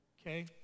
okay